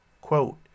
Quote